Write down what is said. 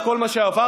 את כל מה שעברת?